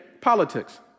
politics